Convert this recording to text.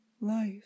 life